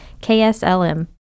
KSLM